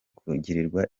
kugirirwa